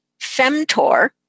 femtor